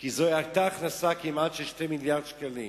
כי זאת היתה הכנסה של כמעט 2 מיליארדי שקלים.